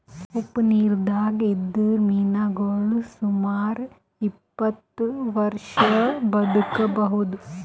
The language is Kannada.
ಉಪ್ಪ್ ನಿರ್ದಾಗ್ ಇದ್ದಿದ್ದ್ ಮೀನಾಗೋಳ್ ಸುಮಾರ್ ಇಪ್ಪತ್ತ್ ವರ್ಷಾ ಬದ್ಕಬಹುದ್